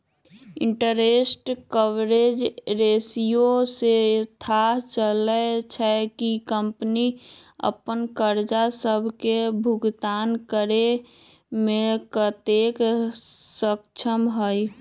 interest coverage ratio से थाह चललय छै कि कंपनी अप्पन करजा सभके भुगतान करेमें कतेक सक्षम हइ